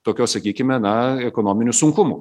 tokio sakykime na ekonominių sunkumų